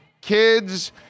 kids